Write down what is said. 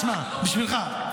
בשבילך,